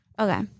Okay